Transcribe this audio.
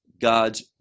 God's